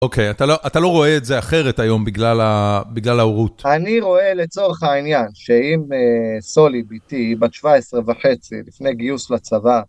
אוקיי, אתה לא רואה את זה אחרת היום בגלל ההורות. אני רואה לצורך העניין שאם סולי ביתי, בת 17 וחצי, לפני גיוס לצבא...